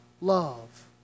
love